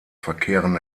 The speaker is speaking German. verkehren